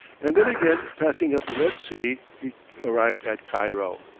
and then again passing up the red sea, he arrived at cairo.